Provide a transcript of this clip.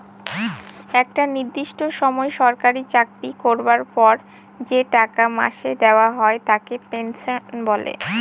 একটা নির্দিষ্ট সময় সরকারি চাকরি করবার পর যে টাকা মাসে দেওয়া হয় তাকে পেনশন বলে